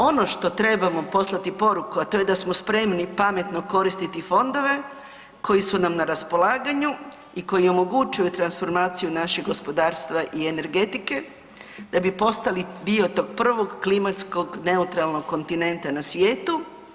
Ono što trebamo poslati poruku, a to je da smo spremni pametno koristiti fondove koji su nam na raspolaganju i koji omogućuju transformaciju našeg gospodarstva i energetike da bi postali dio tog prvog klimatskog neutralnog kontinenta na svijetu.